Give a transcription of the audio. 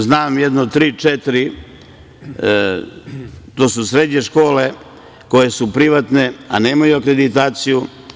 Znam jedno tri-četiri srednje škole, koje su privatne, a nemaju akreditaciju.